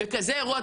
בכזה אירוע,